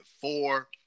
four